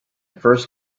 first